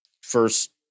first